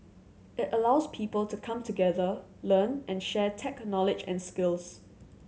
it allows people to come together learn and share tech knowledge and skills